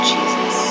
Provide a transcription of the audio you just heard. Jesus